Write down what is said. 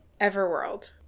Everworld